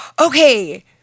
okay